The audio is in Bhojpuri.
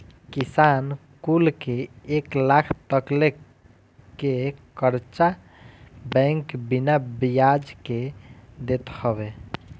किसान कुल के एक लाख तकले के कर्चा बैंक बिना बियाज के देत हवे